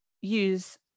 use